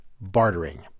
bartering